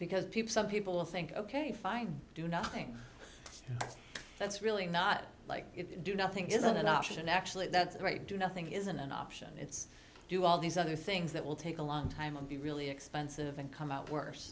because people some people think ok fine do nothing that's really not like you do nothing is not an option actually that's right do nothing isn't an option it's do all these other things that will take a long time and be really expensive and come out worse